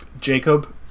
jacob